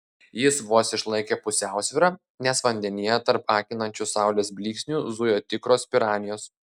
jis vos išlaikė pusiausvyrą nes vandenyje tarp akinančių saulės blyksnių zujo tikros piranijos